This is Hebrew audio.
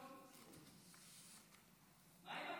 מה עם,